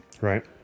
Right